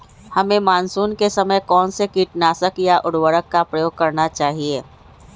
हमें मानसून के समय कौन से किटनाशक या उर्वरक का उपयोग करना चाहिए?